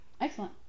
Excellent